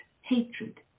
hatred